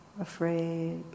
afraid